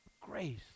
Grace